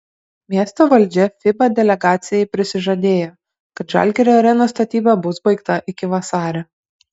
miesto valdžia fiba delegacijai prisižadėjo kad žalgirio arenos statyba bus baigta iki vasario